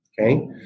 okay